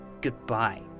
Goodbye